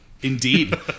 indeed